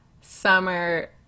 summer